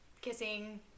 kissing